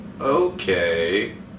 Okay